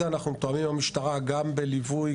אנחנו מתואמים עם המשטרה גם בליווי,